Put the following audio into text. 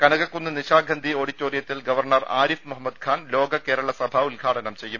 കനകക്കുന്ന് നിശാഗന്ധി ഓഡിറ്റോറിയത്തിൽ ഗവർണർ ആരിഫ് മുഹമ്മദ് ഖാൻ ലോക കേരള സഭ ഉദ്ഘാടനം ചെയ്യും